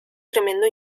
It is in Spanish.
tremendo